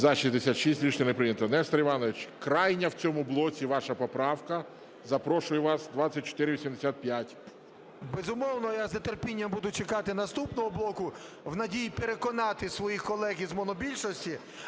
За-66 Рішення не прийнято. Нестор Іванович, крайня в цьому блоці ваша поправка. Запрошую вас. 2485. 13:41:14 ШУФРИЧ Н.І. Безумовно, я з нетерпінням буду чекати наступного блоку в надії переконати своїх колег із монобільшості.